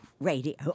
radio